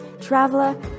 traveler